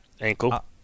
Ankle